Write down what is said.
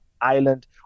island